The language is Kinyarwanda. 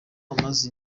amaze